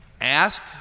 ask